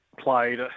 Played